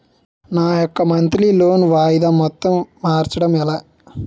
నా యెక్క monthly loan వాయిదా మొత్తం మార్చడం ఎలా?